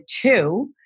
two